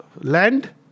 land